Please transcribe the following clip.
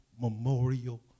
memorial